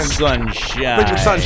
sunshine